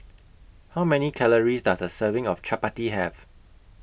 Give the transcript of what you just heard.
How Many Calories Does A Serving of Chappati Have